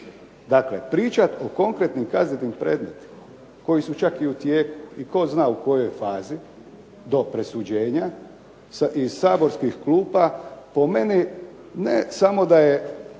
dakle pričat o konkretnim kaznenim predmetima, koji su čak i u tijeku, i tko zna u kojoj fazi do presuđenja, iz saborskih klupa po meni ne samo da je